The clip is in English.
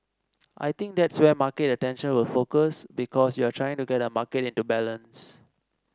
I think that's where market attention will focus because you're trying to get a market into balance